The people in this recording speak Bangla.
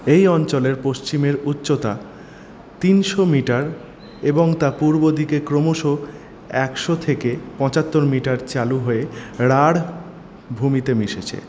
এই অঞ্চলের পশ্চিমের উচ্চতা তিনশো মিটার এবং তা পূর্ব দিকে ক্রমশ একশো থেকে পঁচাত্তর মিটার চালু হয়ে রাঢ় ভূমিতে মিশেছে